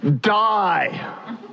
die